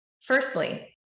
Firstly